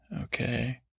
okay